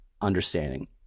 understanding